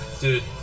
Dude